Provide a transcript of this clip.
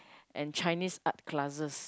and Chinese art classes